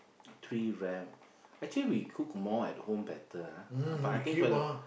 three wrap actually we cook more at home better ah but I think for the